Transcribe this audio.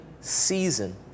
season